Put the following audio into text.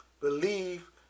Believe